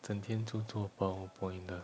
整天就做 PowerPoint 的